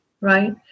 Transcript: right